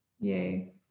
yay